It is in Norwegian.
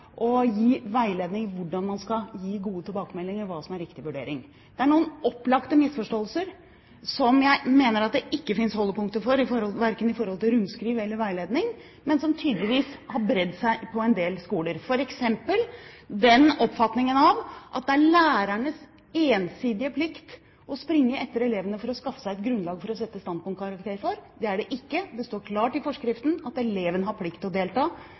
gi veiledning i hvordan man skal gi gode tilbakemeldinger og hva som er riktig vurdering. Det er noen opplagte misforståelser som jeg mener det ikke finnes holdepunkter for, verken når det gjelder rundskriv eller veiledning, men som tydeligvis har bredd seg på en del skoler, f.eks. den oppfatningen at det er lærernes ensidige plikt å springe etter elevene for å skaffe seg et grunnlag for å sette standpunktkarakter. Det er det ikke. Det står klart i forskriften at eleven har plikt til å delta.